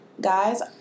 guys